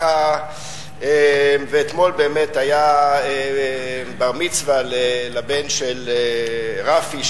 אתמול באמת היה בר-מצווה לבן של רפי,